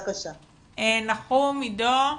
נחום עידו בבקשה.